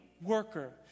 worker